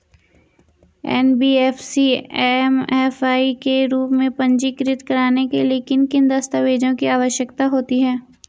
NBFC MFI के रूप में पंजीकृत कराने के लिए किन किन दस्तावेज़ों की आवश्यकता होती है?